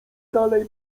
dalej